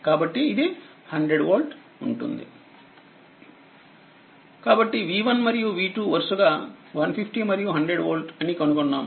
కాబట్టిv1మరియు v2వరుసగా 150మరియు100వోల్ట్ అనికనుగొన్నాము